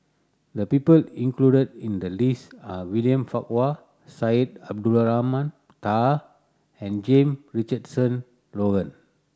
the people included in the list are William Farquhar Syed Abdulrahman Taha and Jame Richardson Logan